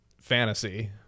fantasy